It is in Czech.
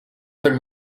tak